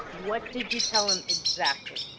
what did you tell him exactly?